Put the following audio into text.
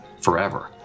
forever